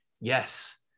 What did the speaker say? yes